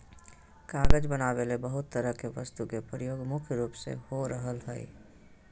कागज बनावे ले बहुत तरह के वस्तु के प्रयोग मुख्य रूप से हो रहल हल